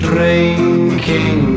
Drinking